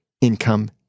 income